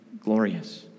glorious